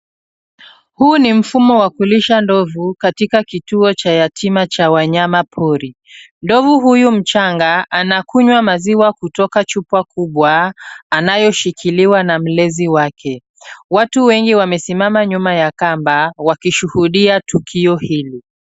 Huu ni mfumo wa kulisha ndovu katika kituo cha yatima cha wanyamapori. Ndovu huyu mchanga anakunywa maziwa kutoka chupa kubwa anayoshikiliwa na mlezi wake. Watu wengi wamesimama nyuma ya kamba, wakishuhudia tukio hili.